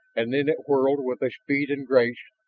and then it whirled with a speed and grace,